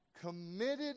committed